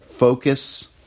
Focus